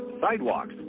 sidewalks